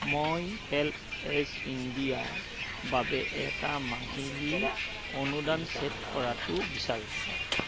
মই help age ইণ্ডিয়াৰ বাবে এটা মাহিলি অনুদান ছেট কৰাটো বিচাৰো